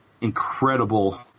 incredible